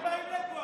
מה הם באים לפה,